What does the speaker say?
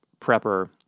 Prepper